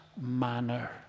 manner